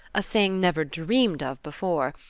a thing never dreamed of before,